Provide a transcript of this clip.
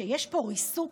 שיש פה ריסוק